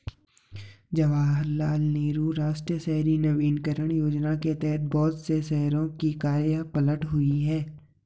जवाहरलाल नेहरू राष्ट्रीय शहरी नवीकरण योजना के तहत बहुत से शहरों की काया पलट हुई है